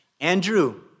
Andrew